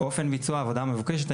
אופן ביצוע העבודה המבוקשת,